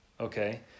Okay